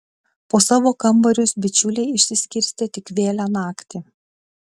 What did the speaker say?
po savo kambarius bičiuliai išsiskirstė tik vėlią naktį